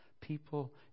people